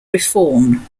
reform